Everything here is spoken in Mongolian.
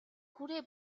хүрээ